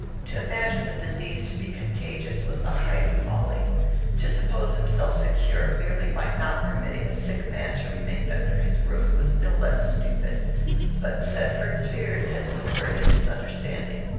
to imagine the disease to be contagious was the height of folly to suppose himself secure, merely by not permitting a sick man to remain under his roof, was no less stupid but thetford's fears had subverted his understanding.